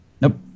Nope